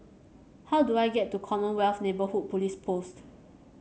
how do I get to Commonwealth Neighbourhood Police Post